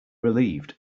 relieved